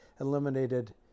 eliminated